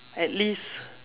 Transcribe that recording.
at least